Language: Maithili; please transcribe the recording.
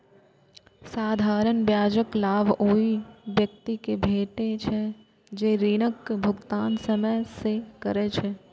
साधारण ब्याजक लाभ ओइ व्यक्ति कें भेटै छै, जे ऋणक भुगतान समय सं करै छै